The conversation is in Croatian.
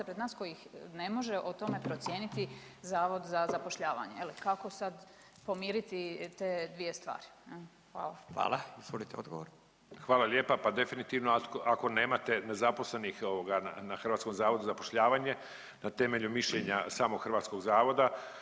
pred nas koji ne može o tome procijeniti Zavod za zapošljavanje, kako sad pomiriti te dvije stvari? Hvala. **Radin, Furio (Nezavisni)** Hvala. Izvolite odgovor. **Šušak, Ivica** Hvala lijepa. Pa definitivno ako nemate nezaposlenih na Hrvatskom zavodu za zapošljavanje na temelju mišljenja samog Hrvatskog zavoda